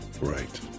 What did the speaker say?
Right